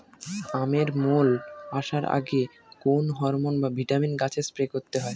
আমের মোল আসার আগে কোন হরমন বা ভিটামিন গাছে স্প্রে করতে হয়?